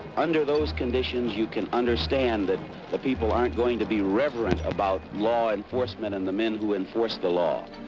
under those conditions you can understand that the people aren't going to be reverent about law enforcement and the men who enforce the law.